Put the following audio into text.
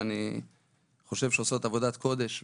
שאני חושב שעושות עבודת קודש.